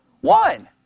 one